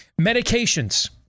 Medications